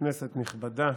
כנסת נכבדה,